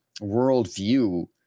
worldview